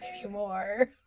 anymore